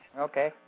Okay